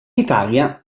italia